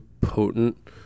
potent